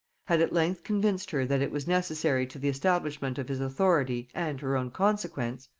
had at length convinced her that it was necessary to the establishment of his authority and her own consequence,